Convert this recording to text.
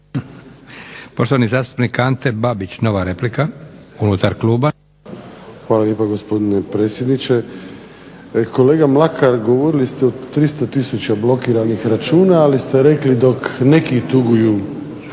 Poštovani zastupnik Ante Babić, nova replika unutar kluba. **Babić, Ante (HDZ)** Hvala lijepa gospodine predsjedniče. Kolega Mlakar, govorili ste o 300 tisuća blokiranih računa ali ste rekli dok neki tuguju